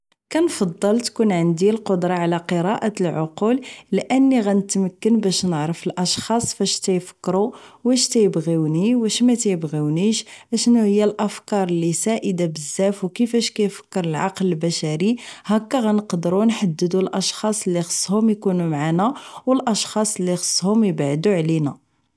كنفضل تكون عندي القدرة على قراءة العقول لاني غنتمكن باش نعرف الاشخاص فاش تيفكرو واش كيبغوني واش مكيبغيونيش اشناهي الافكار اللي سائدة بزاف و كيفاش كيفكر العقل البشري هكا غنقدرو نحددو الاشخاص اللي خصهوم اكونو معانا و الاشخاص اللي خصهوم ابعدو علينا